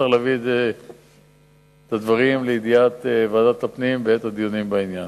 צריך להביא את זה לידיעת ועדת הפנים בעת הדיונים בעניין.